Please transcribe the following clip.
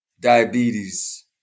diabetes